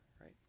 right